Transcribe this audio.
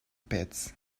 pits